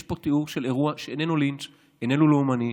יש פה תיאור של אירוע שאיננו לינץ', איננו לאומני.